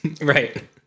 Right